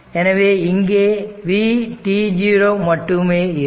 எனவே இங்கே vt0 மட்டுமே இருக்கும்